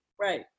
Right